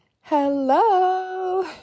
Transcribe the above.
Hello